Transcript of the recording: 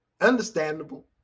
understandable